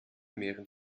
mehren